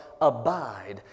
abide